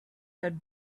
had